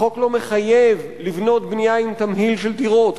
החוק לא מחייב לבנות בנייה עם תמהיל של דירות,